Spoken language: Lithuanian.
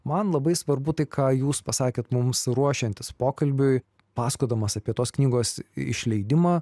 man labai svarbu tai ką jūs pasakėt mums ruošiantis pokalbiui pasakodamas apie tos knygos išleidimą